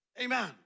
Amen